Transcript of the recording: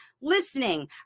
listening